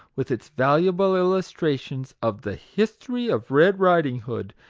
with its valuable illustrations of the history of red riding hood,